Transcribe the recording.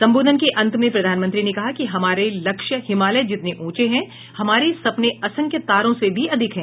सम्बोधन के अंत में प्रधानमंत्री ने कहा कि हमारे लक्ष्य हिमालय जितने ऊंचे हैं हमारे सपने असंख्य तारों से भी अधिक हैं